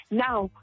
now